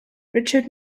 richard